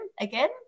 again